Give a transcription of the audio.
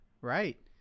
right